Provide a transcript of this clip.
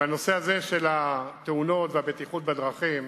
אבל הנושא הזה של התאונות והבטיחות בדרכים